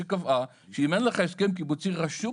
שקבעה שאם אין לך הסכם קיבוצי רשום,